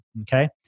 okay